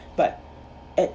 but